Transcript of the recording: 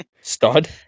Stud